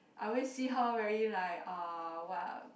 I always see her really like uh what